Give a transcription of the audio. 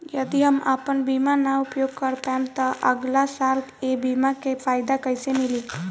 यदि हम आपन बीमा ना उपयोग कर पाएम त अगलासाल ए बीमा के फाइदा कइसे मिली?